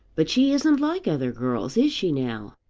but she isn't like other girls. is she now?